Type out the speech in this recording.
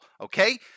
Okay